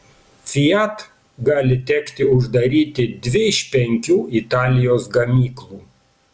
fiat gali tekti uždaryti dvi iš penkių italijos gamyklų